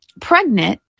pregnant